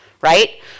right